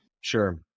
Sure